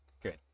good